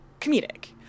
comedic